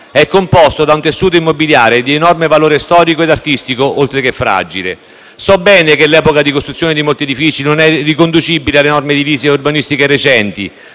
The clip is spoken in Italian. è composto da un tessuto immobiliare di enorme valore storico e artistico, oltre che fragile. So bene che l’epoca di costruzione di molti edifici non è riconducibile alle norme edilizie e urbanistiche recenti,